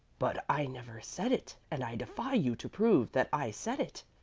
but i never said it, and i defy you to prove that i said it,